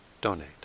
donate